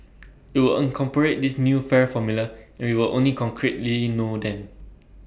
IT will incorporate this new fare formula and we will only concretely know then